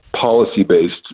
policy-based